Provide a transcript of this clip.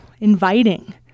inviting